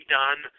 done